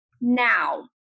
now